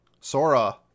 Sora